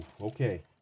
Okay